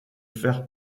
faire